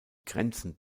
grenzen